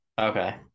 okay